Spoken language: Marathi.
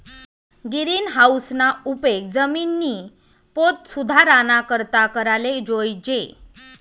गिरीनहाऊसना उपेग जिमिननी पोत सुधाराना करता कराले जोयजे